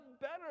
better